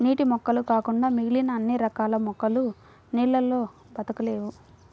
నీటి మొక్కలు కాకుండా మిగిలిన అన్ని రకాల మొక్కలు నీళ్ళల్లో బ్రతకలేవు